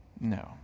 No